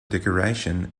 decoration